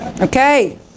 Okay